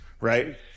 right